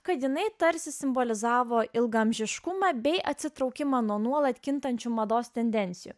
kad jinai tarsi simbolizavo ilgaamžiškumą bei atsitraukimą nuo nuolat kintančių mados tendencijų